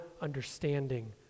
understanding